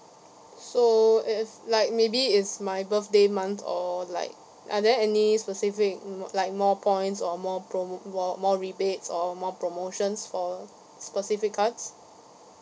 so if like maybe it's my birthday month or like are there any specific like more points or more prom~ more more rebates or more promotions for specific cards